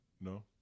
No